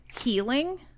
healing